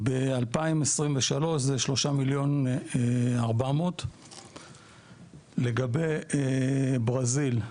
וב-2023 זה 3,400,000. לגבי ברזיל,